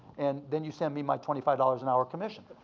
and then you send me my twenty five dollars an hour commission.